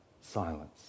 silence